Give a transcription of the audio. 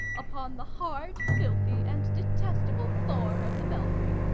upon the hard, filthy, and detestable floor of the belfry.